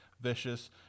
vicious